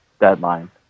deadline